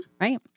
Right